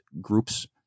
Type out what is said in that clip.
groups